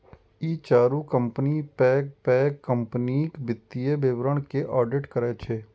ई चारू कंपनी पैघ पैघ कंपनीक वित्तीय विवरण के ऑडिट करै छै